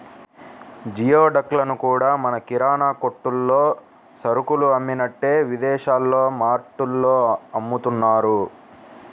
geoduck లను కూడా మన కిరాణా కొట్టుల్లో సరుకులు అమ్మినట్టే విదేశాల్లో మార్టుల్లో అమ్ముతున్నారు